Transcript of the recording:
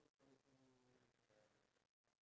blessing the food